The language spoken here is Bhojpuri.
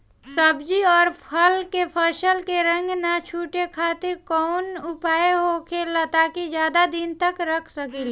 सब्जी और फल के फसल के रंग न छुटे खातिर काउन उपाय होखेला ताकि ज्यादा दिन तक रख सकिले?